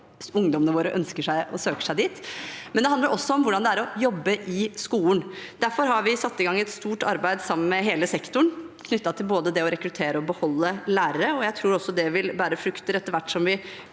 ungdommene våre ønsker seg dit og søker seg dit, og om hvordan det er å jobbe i skolen. Derfor har vi satt i gang et stort arbeid sammen med hele sektoren knyttet til både å rekruttere og beholde lærere. Jeg tror det vil bære frukter etter hvert som vi